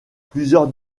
plusieurs